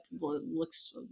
looks